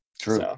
True